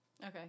Okay